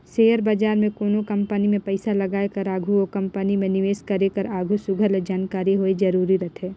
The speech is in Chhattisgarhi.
सेयर बजार में कोनो कंपनी में पइसा लगाए कर आघु ओ कंपनी में निवेस करे कर आघु सुग्घर ले जानकारी होवई जरूरी रहथे